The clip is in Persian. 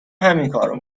همینکارو